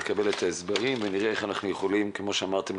אקבל את ההסברים ונראה איך אנחנו יכולים כמו שאמרתם,